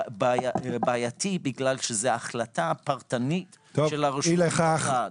בעייתי, כי זו החלטה פרטנית של הרשות המבצעת.